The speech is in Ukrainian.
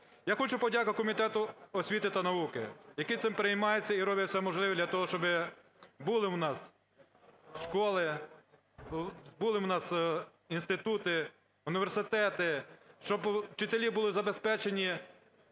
Я хочу подякувати Комітету освіти та науки, який цим переймається і робить все можливе для того, щоб були у нас школи, були у нас інститути, університети, щоб вчителі були забезпечені,